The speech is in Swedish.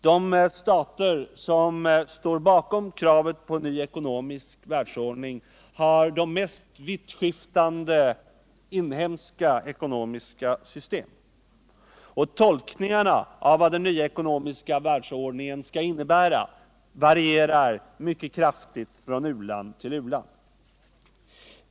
De stater som står bakom kravet på ny ekonomisk världsordning har de mest vittskiftande inhemska ekonomiska system, och tolkningarna av vad den nya ekonomiska världsordningen skall innebära varierar mycket kraftigt från uland till u-land.